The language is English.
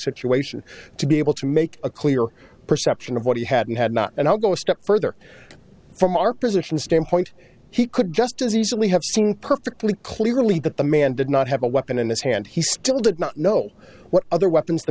situation to be able to make a clear perception of what he had and had not and i'll go a step further from our position standpoint he could just as easily have seen perfectly clearly that the man did not have a weapon in his hand he still did not know what other weapons t